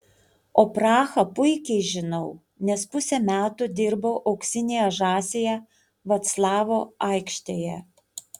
o prahą puikiai žinau nes pusę metų dirbau auksinėje žąsyje vaclavo aikštėje